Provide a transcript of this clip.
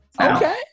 Okay